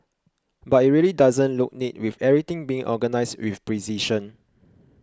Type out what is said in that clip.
but it really doesn't look neat with everything being organised with precision